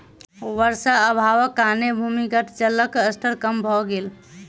वर्षा अभावक कारणेँ भूमिगत जलक स्तर कम भ गेल